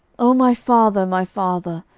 o my father, my father,